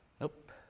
Nope